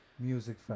music